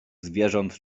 zwierząt